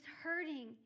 hurting